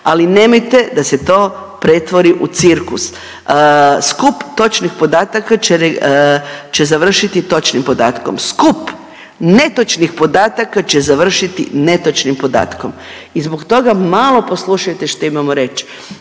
ali nemojte da se to pretvori u cirkus. Skup točnih podataka će re… će završiti točnim podacima, skup netočnih podataka će završiti netočnim podatkom i zbog toga malo poslušajte što imamo reći.